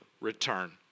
return